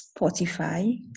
Spotify